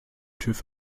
tüv